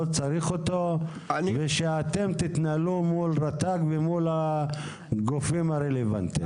לא צריך אותו ושאתם תתנהלו מול רט"ג ומול הגופים הרלוונטיים.